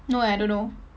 no eh I don't know